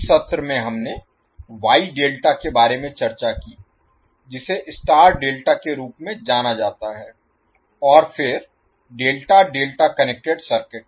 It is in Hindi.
इस सत्र में हमने वाई डेल्टा के बारे में चर्चा की जिसे स्टार डेल्टा के रूप में जाना जाता है और फिर डेल्टा डेल्टा कनेक्टेड सर्किट